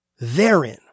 Therein